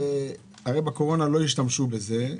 הרי בקורונה לא השתמשו בזה,